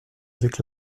avec